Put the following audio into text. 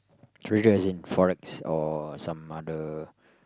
treasure as in forensic or some other